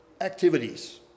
activities